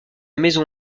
maison